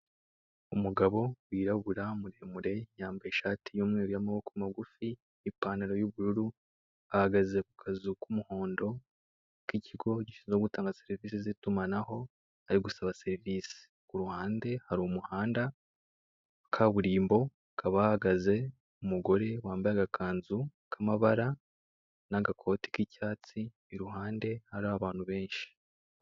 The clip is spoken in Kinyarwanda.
Umugabo wirabura muremure yambaye ishati y'umweru y'amaboko magufi, ipantalo y'ubururu, ahagaze ku kazu k'umuhondo k'ikigo gishinzwe gutanga serivise z'itumanaho ari gusaba serivise. Ku ruhande hari umuhanda wa kaburimbo hakaba hahagaze umugore wambaye agakanzu k'amabara n'agokoti k'icyatsi iruhande hari abantu benshi.